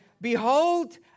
Behold